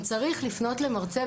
אם צריך לפנות למרצה,